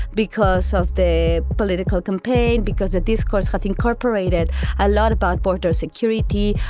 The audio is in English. because of the political campaign, because the discourse, has incorporated a lot about border security,